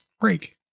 break